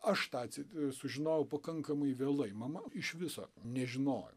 aš tą atseit sužinojau pakankamai vėlai mama iš viso nežinojo